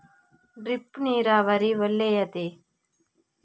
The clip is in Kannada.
ಡ್ರಿಪ್ ನೀರಾವರಿ ಒಳ್ಳೆಯದೇ?